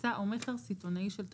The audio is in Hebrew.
הפצה או מכר סיטונאי של תמרוקים.